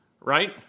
right